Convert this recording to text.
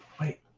wait